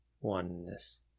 Oneness